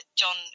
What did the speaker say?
john